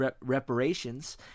reparations